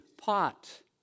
pot